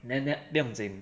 then then 不用紧